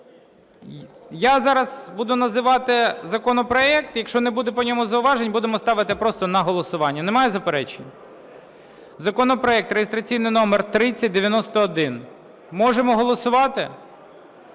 Я зараз буду називати законопроект, якщо не буде по ньому зауважень, будемо ставити просто на голосування. Немає заперечень? Законопроект реєстраційний номер 3091. Можемо голосувати?